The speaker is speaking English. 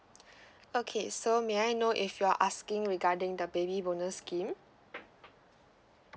okay so may I know if you're asking regarding the baby bonus scheme